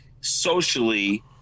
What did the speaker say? socially